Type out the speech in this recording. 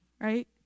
right